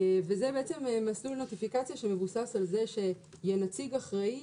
וזה בעצם מסלול נוטיפיקציה שמבוסס על זה שיהיה נציג אחראי,